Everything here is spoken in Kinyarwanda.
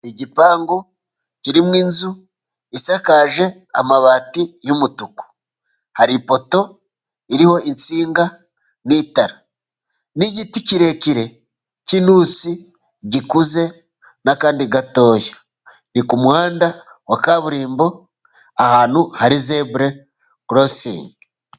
Igipangu kirimo inzu isakaje amabati yumutuku ,hari ipoto iriho insinga, itara n'igiti kirekire k'inusi gikuze, Ni akandi gatoya , kumuhanda wa kaburimbo ahantu hari zebra crossing.